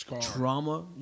trauma